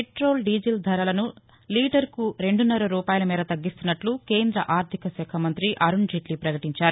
petrol డీజిల్ధరలను లీటరుకు రెందున్నర రూపాయల మేర తగ్గిస్తున్నట్లు కేంద్ర ఆర్దిక శాఖ మంతి అరుణ్జైట్లి పకటించారు